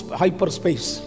hyperspace